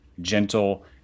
gentle